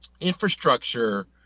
infrastructure